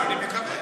אני מקווה.